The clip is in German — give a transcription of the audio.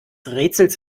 rätsels